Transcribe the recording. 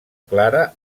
clara